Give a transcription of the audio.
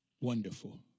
Wonderful